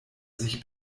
sich